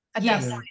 Yes